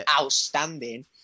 outstanding